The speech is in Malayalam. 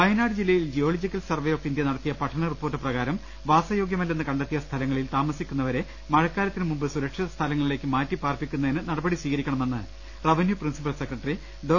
വയനാട് ജില്ലയിൽ ജിയോളജിക്കൽ സർവ്വെ ഓഫ് ഇന്ത്യ നടത്തിയ പഠന റിപ്പോർട്ട് പ്രകാരം വാസയോഗൃമല്ലെന്ന് കണ്ടെ ത്തിയ സ്ഥലങ്ങളിൽ താമസിക്കുന്നവരെ മഴക്കാലത്തിന് മുമ്പ് സുരക്ഷിത സ്ഥലങ്ങളിലേക്ക് മാറ്റിപ്പാർപ്പിക്കുന്നതിന് നടപടി കൾ സ്വീകരിക്കണമെന്ന് റവന്യൂ പ്രിൻസിപ്പൽ സെക്രട്ടറി ഡോ